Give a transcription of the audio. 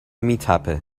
میتپه